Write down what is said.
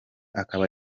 akaba